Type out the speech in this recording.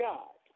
God